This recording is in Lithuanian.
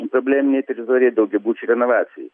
problėminei teritorijai daugiabučių renovacijai